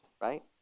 right